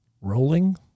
rolling